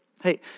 Hey